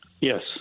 Yes